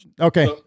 Okay